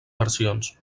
versions